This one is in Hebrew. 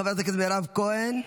חברת הכנסת מירב כהן,